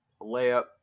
layup